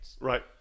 Right